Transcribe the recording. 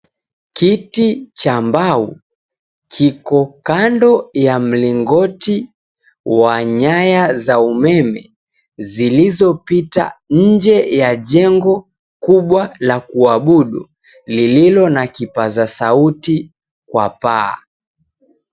Kiti cha mbao kiko kando ya mlingoti wa nyaya za umeme zilizopita nje ya jengo kubwa la kuabudu lililo na kipaza sauti kwa paa.